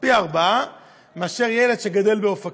פי ארבעה מאשר ילד שגדל באופקים.